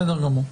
בסדר גמור.